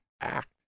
act